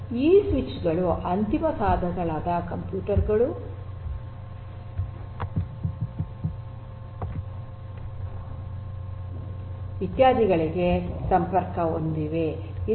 ಈ ಸ್ವಿಚ್ ಗಳು ಅಂತಿಮ ಸಾಧನಗಳಾದ ಕಂಪ್ಯೂಟರ್ ಗಳು ಇತ್ಯಾದಿಗಳಿಗೆ ಸಂಪರ್ಕಗೊಂಡಿವೆ